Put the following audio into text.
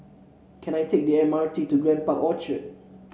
can I take the M R T to Grand Park Orchard